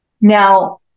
Now